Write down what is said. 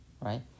Right